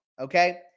Okay